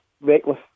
reckless